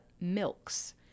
milks